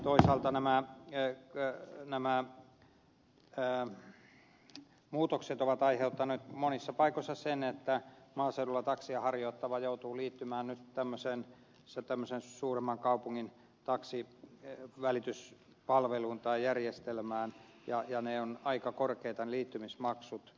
toisaalta nämä muutokset ovat aiheuttaneet monissa paikoissa sen että maaseudulla taksia harjoittava joutuu liittymään nyt tämmöisen suuremman kaupungin taksivälityspalveluun tai järjestelmään ja ne liittymismaksut ovat aika korkeita